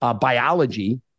biology